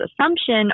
assumption